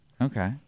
Okay